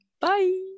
Bye